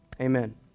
Amen